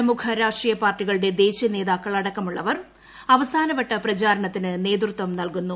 പ്രമുഖ രാഷ്ട്രീയ പാർട്ടികളുടെ ദേശീയ നേതാക്കൾ അടക്കമുള്ളവർ അവസാന വട്ട പ്രചാരണത്തിന് നേതൃത്വം നൽകുന്നു